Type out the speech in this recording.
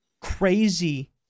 crazy